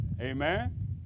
Amen